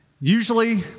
Usually